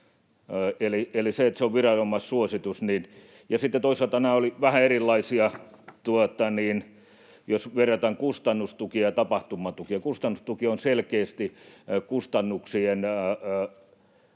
se pitää muistaa. Ja sitten toisaalta nämä olivat vähän erilaisia, jos verrataan kustannustukia ja tapahtumatukia. Kustannustuki on selkeästi tulojen